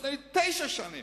לפני תשע שנים.